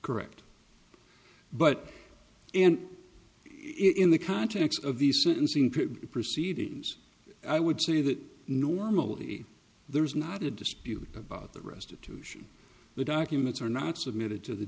correct but and in the context of the sentencing proceedings i would say that normally there is not a dispute about that restitution the documents are not submitted to the